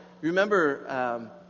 Remember